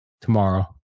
tomorrow